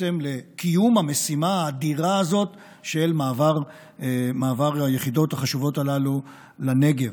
בעצם לקיום המשימה האדירה הזאת של מעבר היחידות החשובות הללו לנגב.